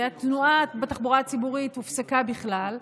והתנועה בתחבורה הציבורית הופסקה בכלל.